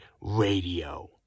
Radio